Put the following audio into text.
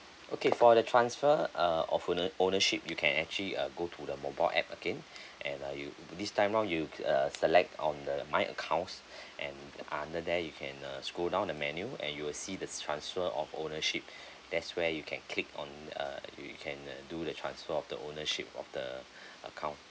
okay for the transfer uh orphana~ ownership you can actually uh go to the mobile app again and uh you this time round you err select on the my accounts and under there you can uh scroll down the menu and you will see the transfer of ownership that's where you can click on uh you can uh do the transfer of the ownership of the account